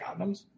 condoms